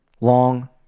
Long